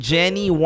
Jenny